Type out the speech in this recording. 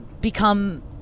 become